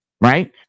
Right